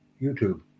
YouTube